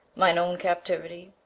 mine own captivity,